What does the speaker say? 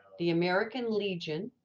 the american legion,